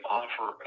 offer